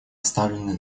оставлены